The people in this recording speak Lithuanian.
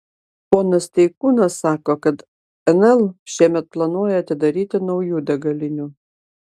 ponas steikūnas sako kad nl šiemet planuoja atidaryti naujų degalinių